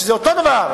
וזה אותו דבר,